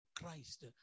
Christ